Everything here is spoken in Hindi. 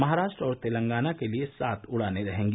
महाराष्ट्र और तेलंगाना के लिए सात उड़ानें रहेंगी